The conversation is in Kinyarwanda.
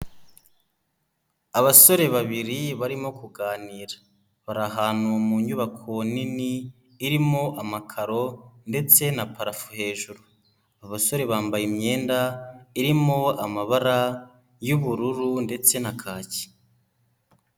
Abasore babiri barimo kuganira, bari ahantu mu nyubako nini irimo amakaro ndetse na parafo hejuru, abasore bambaye imyenda irimo amabara y'ubururu ndetse na kaki.